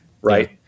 right